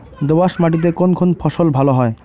দোঁয়াশ মাটিতে কোন কোন ফসল ভালো হয়?